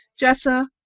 Jessa